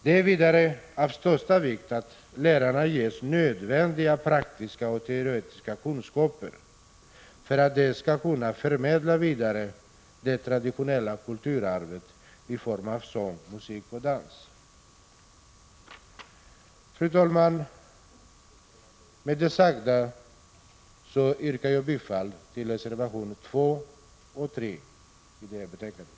Det är vidare av största vikt att lärarna ges nödvändiga praktiska och teoretiska kunskaper för att de skall kunna förmedla det traditionella kulturarvet i form av sång, musik och dans. Fru talman! Med det sagda yrkar jag bifall till reservationerna 2 och 3 i detta betänkande.